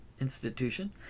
institution